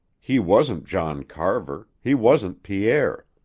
he wasn't john carver, he wasn't pierre.